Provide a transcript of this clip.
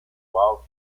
wild